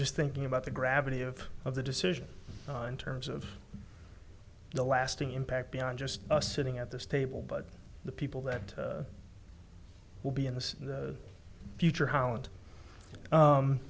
just thinking about the gravity of of the decision in terms of the lasting impact beyond just sitting at this table but the people that will be in this in the future holland